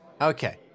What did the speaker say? Okay